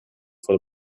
vor